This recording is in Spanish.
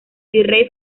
virrey